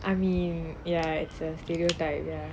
I mean ya it's a stereotype